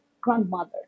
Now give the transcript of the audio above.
grandmother